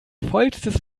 vollstes